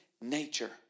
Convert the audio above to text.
nature